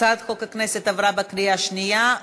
הצעת חוק הכנסת עברה בקריאה שנייה.